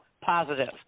positive